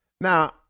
Now